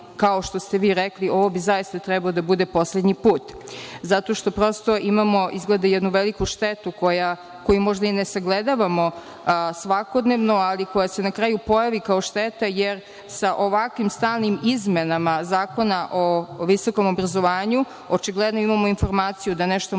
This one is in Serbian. kao što ste vi rekli, ovo bi zaista trebalo da bude poslednji put? Zato što, prosto, imamo jednu veliku štetu koju možda i ne sagledavamo svakodnevno, ali koja se na kraju pojavi kao šteta, jer sa ovakvim stalnim izmenama Zakona o visokom obrazovanju, očigledno imamo informaciju da nešto moramo